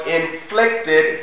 inflicted